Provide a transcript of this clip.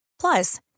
Plus